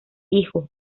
hijo